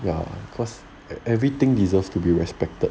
ya cause everything deserves to be respected